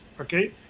Okay